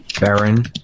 baron